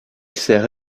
sert